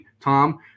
Tom